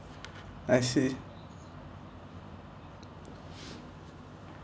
I see